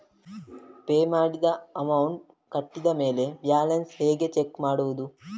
Pay ಮಾಡಿದ amount ಕಟ್ಟಿದ ಮೇಲೆ ಬ್ಯಾಲೆನ್ಸ್ ಹೇಗೆ ಚೆಕ್ ಮಾಡುವುದು?